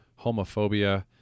homophobia